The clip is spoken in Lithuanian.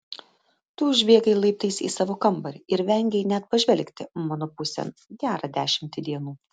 tu užbėgai laiptais į savo kambarį ir vengei net pažvelgti mano pusėn gerą dešimtį dienų